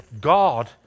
God